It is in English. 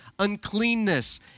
uncleanness